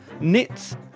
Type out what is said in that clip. knits